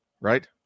right